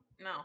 No